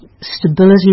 stability